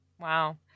Wow